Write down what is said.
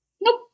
Nope